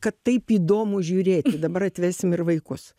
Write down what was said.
kad taip įdomu žiūrėti dabar atvesim ir vaikus